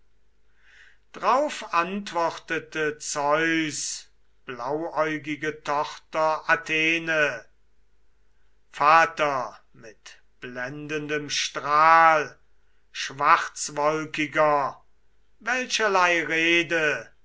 drauf antwortete zeus blauäugige tochter athene vater mit blendendem strahl schwarzwolkiger welcherlei rede